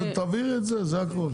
תעבירי את זה, זה הכל.